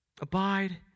Abide